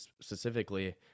specifically